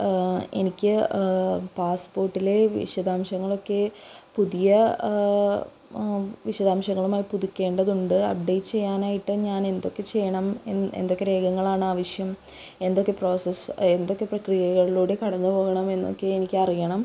എനിക്ക് പാസ്പോർട്ടിലെ വിശദാംശങ്ങളൊക്കെ പുതിയ വിശദാംശങ്ങളുമായി പുതുക്കേണ്ടതുണ്ട് അപ്ഡേറ്റ് ചെയ്യാനായിട്ട് ഞാൻ എന്തൊക്കെ ചെയ്യണം എന്തൊക്കെ രേഖകളാണ് ആവശ്യം എന്തൊക്കെ പ്രോസസ്സ് എന്തൊക്കെ പ്രക്രിയകളിലൂടെ കടന്നുപോകണം എന്നൊക്കെ എനിക്കറിയണം